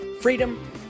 freedom